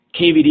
KVD